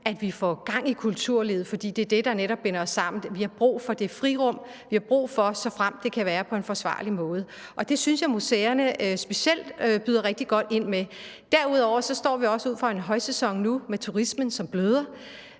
at vi får gang i kulturlivet, fordi det netop er det, der binder os sammen. Vi har brug for det frirum; vi har brug for det, såfremt det kan ske på en forsvarlig måde. Det syntes jeg specielt museerne byder rigtig godt ind med. Derudover står vi også over for en højsæson nu med turismen, som bløder.